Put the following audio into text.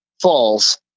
falls